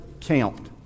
count